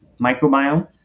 microbiome